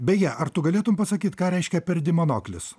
beje ar tu galėtum pasakyt ką reiškia perdimonoklis